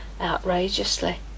outrageously